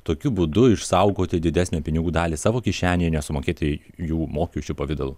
tokiu būdu išsaugoti didesnę pinigų dalį savo kišenėj nesumokėti jų mokesčių pavidalu